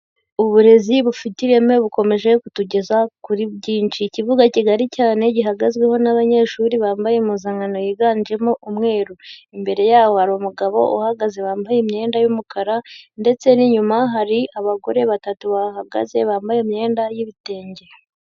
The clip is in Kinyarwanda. Uburezi bufite ireme bukomeje kutugeza kuri byinshi. Ikibuga kigari cyane gihagazweho n'abanyeshuri bambaye impuzankano yiganjemo umweru. Imbere yaho hari umugabo uhagaze wambaye imyenda y'umukara, ndetse n'inyuma hari abagore batatu bahahagaze bambaye imyenda y'ibitenge.